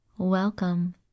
Welcome